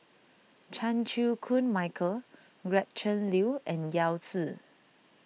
Chan Chew Koon Michael Gretchen Liu and Yao Zi